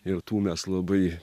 ir tų mes labai